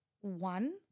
one –